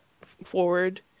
forward